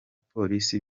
polisi